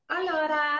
Allora